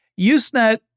Usenet